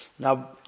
Now